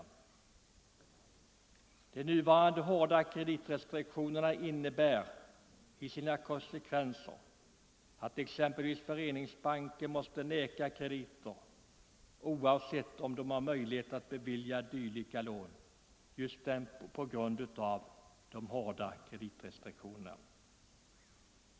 De nuvarande hårda kreditrestriktionerna har till konsekvens att t.ex. Föreningsbanken måste neka krediter, oavsett om den har möjligheter att bevilja sådana.